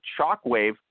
shockwave